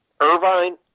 Irvine